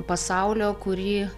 pasaulio kurį